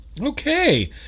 okay